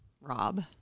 Rob